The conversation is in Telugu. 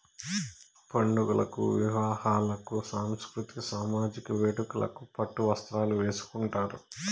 పండుగలకు వివాహాలకు సాంస్కృతిక సామజిక వేడుకలకు పట్టు వస్త్రాలు వేసుకుంటారు